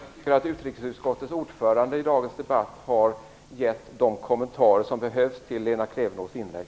Fru talman! Jag tycker att utrikesutskottets ordförande i dagens debatt har gett de kommentarer som behövs till Lena Klevenås inlägg.